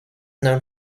known